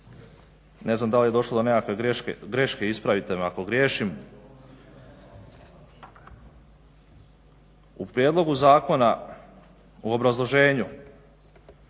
ne znam da li je došlo do nekakve greške, ispravite me ako griješim, u prijedlogu zakona u obrazloženju